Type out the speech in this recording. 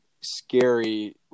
scary